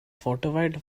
fortified